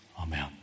Amen